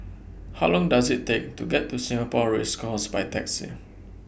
How Long Does IT Take to get to Singapore Race Course By Taxi